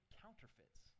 counterfeits